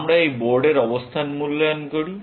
আমরা এই বোর্ড এর অবস্থান মূল্যায়ন করি